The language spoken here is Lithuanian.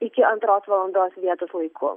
iki antros valandos vietos laiku